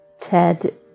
Ted